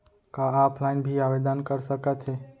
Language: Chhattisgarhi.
का ऑफलाइन भी आवदेन कर सकत हे?